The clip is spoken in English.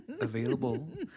Available